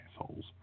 assholes